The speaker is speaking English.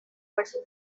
was